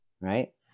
right